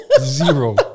Zero